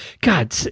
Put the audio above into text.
God